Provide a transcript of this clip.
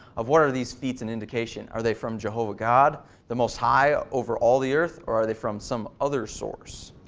of what are these feats an indication? are they from jehovah god the most high over all the earth, or are they from some other source?